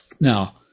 Now